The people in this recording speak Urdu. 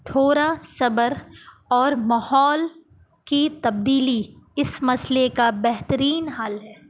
تھوڑا صبر اور ماحول کی تبدیلی اس مسئلے کا بہترین حل ہے